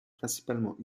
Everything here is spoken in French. principalement